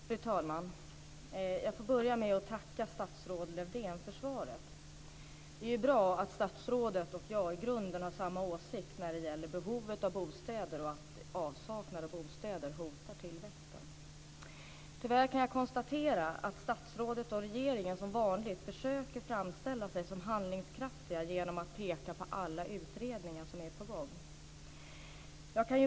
Fru talman! Jag vill börja med att tacka statsrådet Lövdén för svaret. Det är bra att statsrådet och jag i grunden har samma åsikt när det gäller behovet av bostäder och att avsaknad av bostäder hotar tillväxten. Tyvärr kan jag konstatera att statsrådet och regeringen som vanligt försöker framställa sig som handlingskraftiga genom att peka på alla utredningar som är på gång.